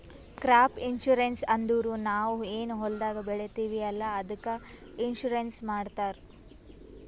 crop insurance ಅಂದುರ್ ನಾವ್ ಏನ್ ಹೊಲ್ದಾಗ್ ಬೆಳಿತೀವಿ ಅಲ್ಲಾ ಅದ್ದುಕ್ ಇನ್ಸೂರೆನ್ಸ್ ಮಾಡ್ತಾರ್